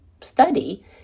study